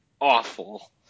awful